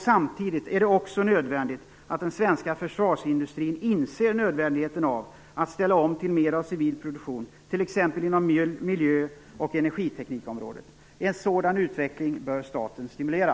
Samtidigt är det också nödvändigt att den svenska försvarsindustrin inser nödvändigheten av att ställa om till mer av civil produktion, t.ex. inom miljö och energiteknikområdet. En sådan utveckling bör staten stimulera.